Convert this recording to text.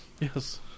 Yes